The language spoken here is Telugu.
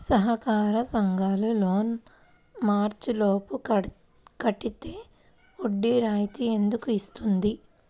సహకార సంఘాల లోన్ మార్చి లోపు కట్టితే వడ్డీ రాయితీ ఎందుకు ఇస్తుంది?